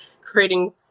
creating